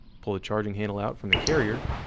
pull the charging handle out from the carrier,